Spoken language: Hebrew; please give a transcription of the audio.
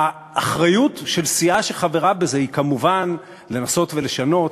האחריות של סיעה שחברה בזה היא כמובן לנסות לשנות,